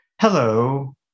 Hello